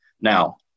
Now